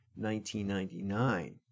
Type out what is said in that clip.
1999